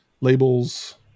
labels